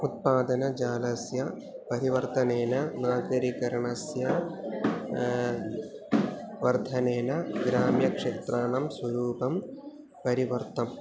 उत्पादनजालस्य परिवर्तनेन नगरीकरणस्य वर्धनेन ग्राम्यक्षेत्राणां स्वरूपं परिवर्तनम्